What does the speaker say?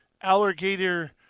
alligator